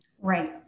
right